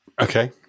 Okay